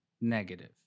negative